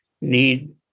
need